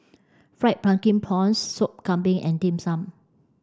Fried Pumpkin Prawns Sop Kambing and Dim Sum